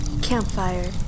Campfire